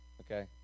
Okay